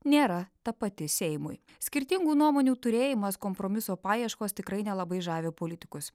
nėra tapati seimui skirtingų nuomonių turėjimas kompromiso paieškos tikrai nelabai žavi politikus